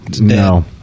no